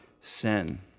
sin